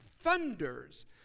thunders